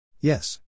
Yes